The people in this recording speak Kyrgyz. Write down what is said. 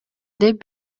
деп